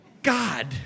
God